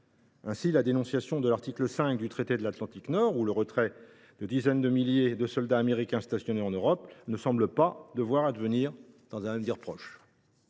Ainsi, ni une dénonciation de l’article 5 du traité de l’Atlantique Nord ni un retrait des dizaines de milliers de soldats américains stationnés en Europe ne semblent devoir advenir dans un avenir proche.